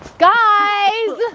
guys!